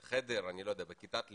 בחדר, אני לא יודע, בכיתת לימוד.